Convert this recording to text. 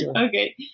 okay